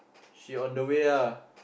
she on the way ah